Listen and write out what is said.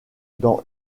dans